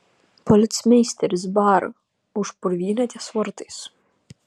policmeisteris bara už purvynę ties vartais